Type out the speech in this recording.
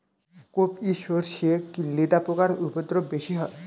কোপ ই সরষে কি লেদা পোকার উপদ্রব বেশি হয়?